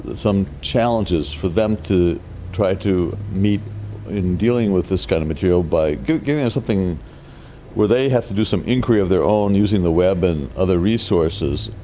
some challenges for them to try to meet in dealing with this kind of material by giving them something where they have to do some inquiry of their own using the web and other resources.